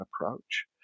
approach